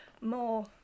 more